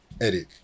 Edit